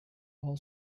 all